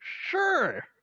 Sure